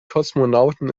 kosmonauten